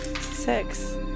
Six